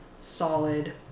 solid